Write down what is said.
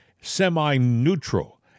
semi-neutral